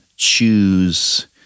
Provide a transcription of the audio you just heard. Choose